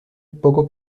poco